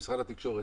למשרד התקשורת,